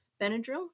benadryl